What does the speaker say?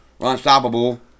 unstoppable